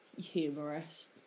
humorous